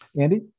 Andy